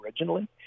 originally